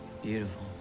Beautiful